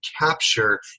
capture